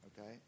okay